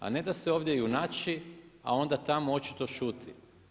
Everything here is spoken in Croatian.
A ne da se ovdje junači, a onda tamo očito šuti.